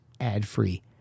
ad-free